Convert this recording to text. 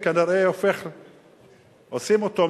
עושים אותו,